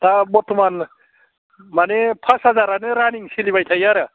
दा बर्त'मान माने फास हाजारआनो रानिं सोलिबाय थायो आरो